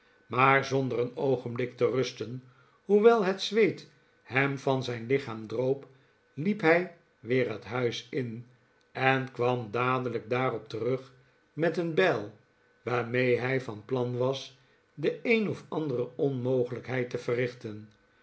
maar zonder een oogenblik te rusten hoewel het zweet hem van zijn lichaam droop liep hij weer het huis in en kwam dadelijk daarop terug met een bijl waarmee hij van plan was de een of andere onmogelijkheid te verrichten